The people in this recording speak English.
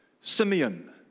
Simeon